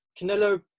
Canelo